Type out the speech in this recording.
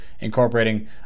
incorporating